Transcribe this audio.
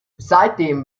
seitdem